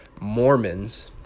Mormons